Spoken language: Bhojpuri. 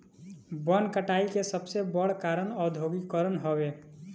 वन कटाई के सबसे बड़ कारण औद्योगीकरण हवे